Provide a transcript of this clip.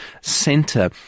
Center